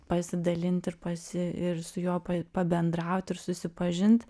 pasidalint ir pasi ir su juo pa pabendraut ir susipažint